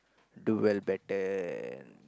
do will better